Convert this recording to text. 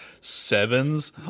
sevens